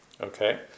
okay